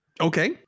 Okay